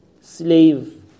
slave